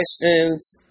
questions